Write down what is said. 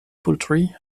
poultry